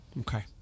okay